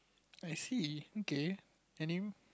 I see okay any